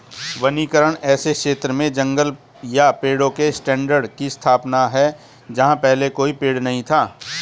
वनीकरण ऐसे क्षेत्र में जंगल या पेड़ों के स्टैंड की स्थापना है जहां पहले कोई पेड़ नहीं था